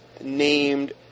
named